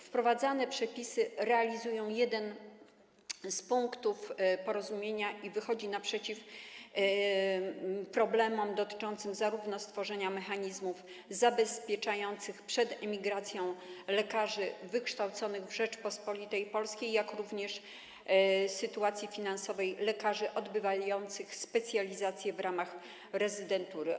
Wprowadzane przepisy realizują jeden z punktów porozumienia i wychodzą naprzeciw problemom dotyczącym zarówno stworzenia mechanizmów zabezpieczających przed emigracją lekarzy wykształconych w Rzeczypospolitej Polskiej, jak i sytuacji finansowej lekarzy odbywających specjalizacje w ramach rezydentury.